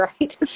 right